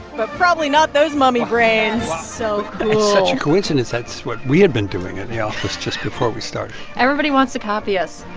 but probably not those mummy brains so cool it's such a coincidence. that's what we had been doing at the office just before we started everybody wants to copy us.